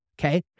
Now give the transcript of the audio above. Okay